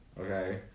Okay